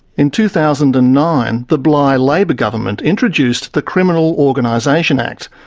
in two thousand and nine, the bligh labor government introduced the criminal organisation act.